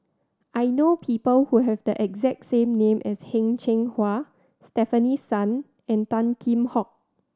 I know people who have the exact same name as Heng Cheng Hwa Stefanie Sun and Tan Kheam Hock